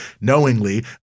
knowingly